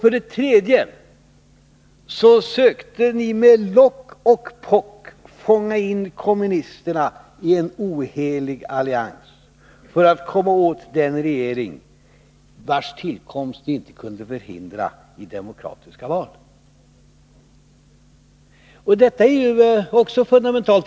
För det tredje sökte ni med lock och pock fånga in kommunisterna i en ohelig allians för att komma åt den regering vars tillkomst ni inte kunde hindra i demokratiska val. Detta är ju också fundamentalt.